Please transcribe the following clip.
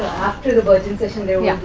after the bhajan session, there yeah